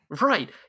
Right